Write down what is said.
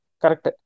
correct